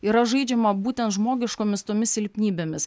yra žaidžiama būtent žmogiškomis tomis silpnybėmis